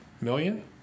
million